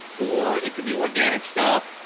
or it could be organic stuff.